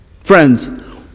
Friends